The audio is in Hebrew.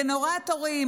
גנרטורים,